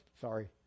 Sorry